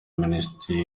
minisitiri